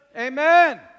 Amen